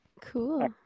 cool